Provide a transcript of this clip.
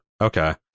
okay